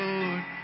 Lord